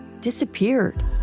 disappeared